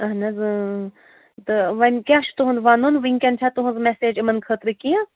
اَہَن حظ اۭں تہٕ وۅنۍ کیٛاہ چھُ تُہُنٛد وَنُن وٕنکٮ۪ن چھا تُہٕنٛز مَٮ۪سَیج یِمَن خٲطرٕ کیٚنٛہہ